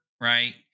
right